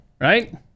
Right